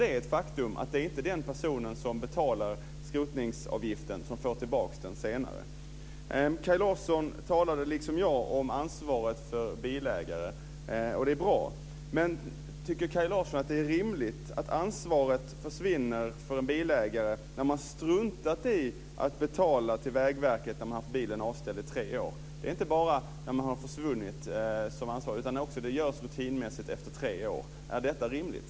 Det är ett faktum att det inte är den person som betalar skrotningsavgiften som får tillbaka den senare. Kaj Larsson talade, liksom jag, om ansvaret för bilägare. Det är bra. Men tycker Kaj Larsson att det är rimligt att ansvaret försvinner för en bilägare när man har struntat i att betala till Vägverket när man haft bilen avställd i tre år? Det görs rutinmässigt efter tre år. Är detta rimligt?